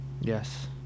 Yes